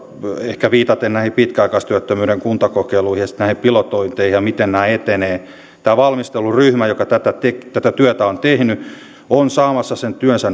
ehkä viitaten näihin pitkäaikaistyöttömyyden kuntakokeiluihin ja sitten näihin pilotointeihin ja siihen miten nämä etenevät tämä valmisteluryhmä joka tätä työtä on tehnyt on saamassa sen työnsä